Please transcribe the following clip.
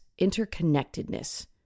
interconnectedness